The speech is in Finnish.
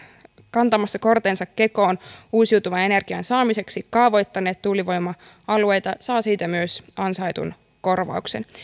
kantamassa kortensa kekoon uusiutuvan energian saamiseksi kaavoittaneet tuulivoima alueita saavat siitä myös ansaitun korvauksen